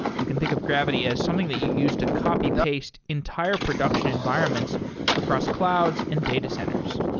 you can think of gravity as something that you use to copy-paste entire production environments across clouds and data centers.